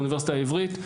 באוניברסיטה העברית,